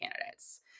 candidates